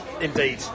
indeed